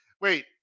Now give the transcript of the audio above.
Wait